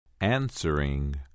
answering